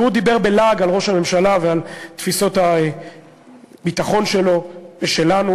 והוא דיבר בלעג על ראש הממשלה ועל תפיסות הביטחון שלו ושלנו.